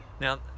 now